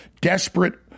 desperate